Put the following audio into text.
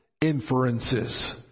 inferences